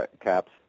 caps